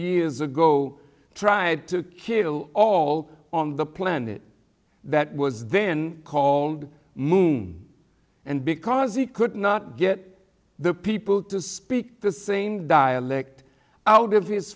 years ago tried to kill all on the planet that was then called moon and because he could not get the people to speak the same dialect out of his